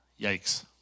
Yikes